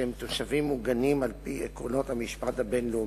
שהם תושבים מוגנים על-פי עקרונות המשפט הבין-לאומי,